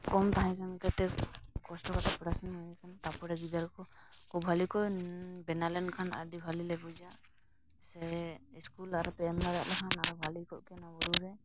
ᱠᱚᱢ ᱛᱟᱦᱮᱸ ᱠᱟᱱ ᱠᱷᱟᱹᱛᱤᱨ ᱠᱚᱥᱴᱚ ᱠᱟᱛᱮᱫ ᱯᱚᱲᱟᱥᱩᱱᱟ ᱦᱩᱭ ᱠᱟᱱᱟ ᱛᱟᱨᱯᱚᱨᱮ ᱜᱤᱫᱟᱹᱨ ᱠᱚ ᱵᱷᱟᱹᱞᱤ ᱠᱚ ᱵᱮᱱᱟᱣ ᱞᱮᱱᱠᱷᱟᱱ ᱟᱹᱰᱤ ᱵᱷᱟᱹᱞᱤ ᱞᱮ ᱵᱩᱡᱟ ᱥᱮ ᱥᱠᱩᱞ ᱟᱨᱚ ᱯᱮ ᱮᱢ ᱫᱟᱲᱮᱭᱟᱜ ᱠᱷᱟᱱ ᱟᱨᱚ ᱵᱷᱟᱹᱜᱤ ᱠᱚᱜ ᱠᱮᱭᱟ ᱱᱚᱣᱟ ᱵᱩᱨᱩᱨᱮ